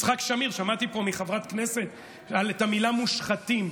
יצחק שמיר, שמעתי פה מחברת כנסת את המילה מושחתים.